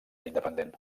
independent